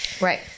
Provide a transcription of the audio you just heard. Right